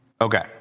Okay